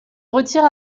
retire